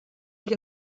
sich